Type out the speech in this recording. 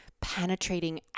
penetrating